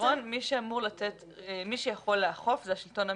בעקרון מי שיכול לאכוף זה השלטון המקומי,